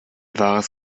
wahres